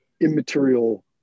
immaterial